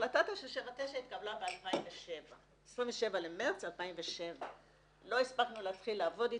החלטה 979 התקבלה ב-27 במרץ 2007. לא הספקנו להתחיל לעבוד איתה,